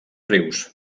rius